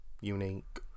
unique